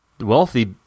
wealthy